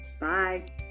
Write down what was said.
Bye